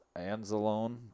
Anzalone